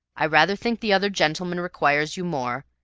i rather think the other gentleman requires you more,